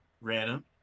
Random